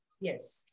Yes